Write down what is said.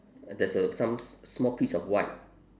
there's a some small piece of white